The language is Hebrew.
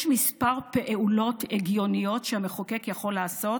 יש כמה פעולות הגיוניות שהמחוקק יכול לעשות